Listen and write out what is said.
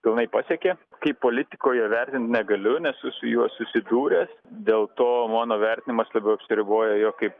pilnai pasiekė kaip politikoje vertint negaliu nesu su juo susidūręs dėl to mano vertinimas labiau apsiriboja jo kaip